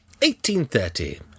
1830